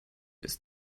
ist